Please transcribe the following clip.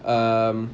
um